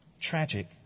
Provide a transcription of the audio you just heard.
Tragic